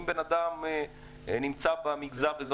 אם אדם ממגזר מסוים,